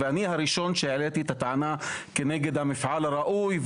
ואני הראשון שהעליתי את הטענה כנגד המפעל הראוי,